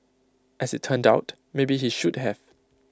as IT turned out maybe he should have